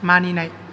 मानिनाय